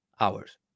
hours